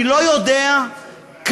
אני לא יודע כמה,